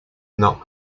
not